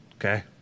Okay